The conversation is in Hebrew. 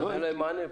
אז אין להם מענה בכלל.